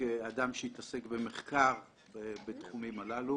וכאדם שהתעסק במחקר בתחומים הללו